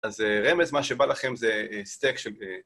אז רמז, מה שבא לכם זה סטייק של...